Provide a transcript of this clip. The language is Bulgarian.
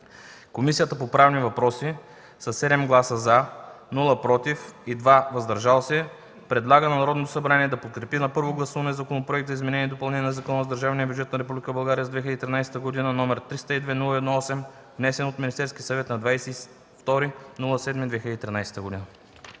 Комисията по правни въпроси със 7 гласа „за”, без „против” и 2 „въздържали се” предлага на Народното събрание да подкрепи на първо гласуване Законопроект за изменение и допълнение на Закона за държавния бюджет на Република България за 2013 г., № 302 01 8, внесен от Министерския съвет на 22 юли 2013 г.”